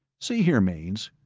see here, mainz,